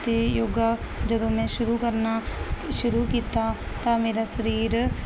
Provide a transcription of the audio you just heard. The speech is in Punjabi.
ਅਤੇ ਯੋਗਾ ਜਦੋਂ ਮੈਂ ਸ਼ੁਰੂ ਕਰਨਾ ਸ਼ੁਰੂ ਕੀਤਾ ਤਾਂ ਮੇਰਾ ਸਰੀਰ